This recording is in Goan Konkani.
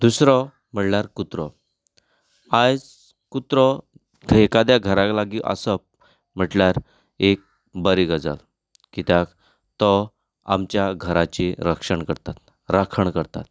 दुसरो म्हणल्यार कुत्रो आयज कुत्रो थंय एकाद्या घरा लागी आसप म्हणल्यार एक बरी गजाल कित्याक तो आमच्या घराची रक्षण करता राखण करता